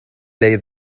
lay